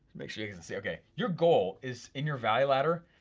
make sure you can see, okay, your goal, is in your value ladder,